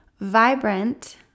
Vibrant